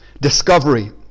discovery